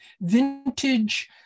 vintage